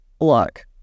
look